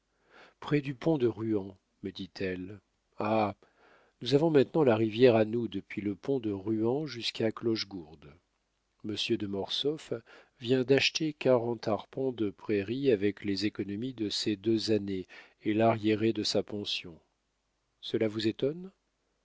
près du pont de ruan me dit-elle ha nous avons maintenant la rivière à nous depuis le pont de ruan jusqu'à clochegourde monsieur de mortsauf vient d'acheter quarante arpents de prairie avec les économies de ces deux années et l'arriéré de sa pension cela vous étonne